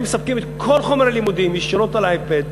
הם מספקים את כל חומר הלימודים ישירות על גבי האייפד.